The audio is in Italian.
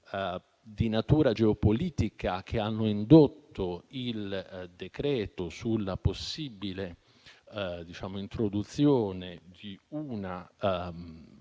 di natura geopolitica che hanno indotto il decreto alla possibile introduzione di una